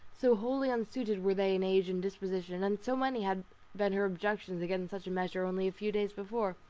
so wholly unsuited were they in age and disposition, and so many had been her objections against such a measure only a few days before!